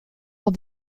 dans